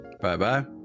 Bye-bye